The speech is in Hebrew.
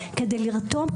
כדי לרתום.